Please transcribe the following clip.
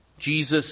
Jesus